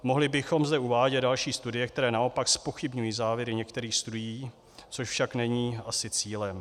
Mohli bychom zde uvádět další studie, které naopak zpochybňují závěry některých studií, což však není asi cílem.